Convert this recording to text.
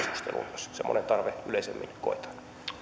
jos semmoinen tarve yleisemmin koetaan